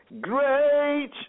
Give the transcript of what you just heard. Great